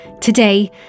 Today